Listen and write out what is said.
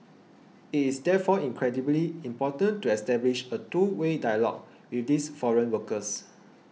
it is therefore incredibly important to establish a two way dialogue with these foreign workers